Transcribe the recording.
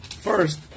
first